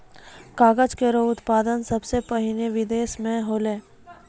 कागज केरो उत्पादन सबसें पहिने बिदेस म होलै